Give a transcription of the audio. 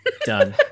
done